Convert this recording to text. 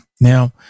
Now